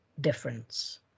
difference